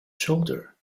shoulder